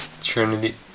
Trinity